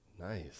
Nice